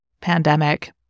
pandemic